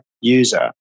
user